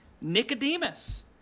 Nicodemus